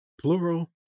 plural